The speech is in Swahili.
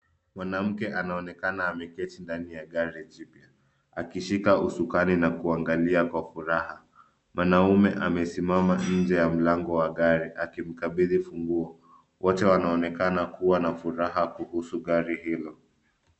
Mwanamke anaonekana ameketi ndani ya gari jipya, akishika usukani na kuangalia kwa furaha. Mwanaume amesimama nje ya mlango wa gari akimkabidhi ufunguo. Wote wanaonekana kuwa na furaha kuhusu gari hilo.